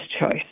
choice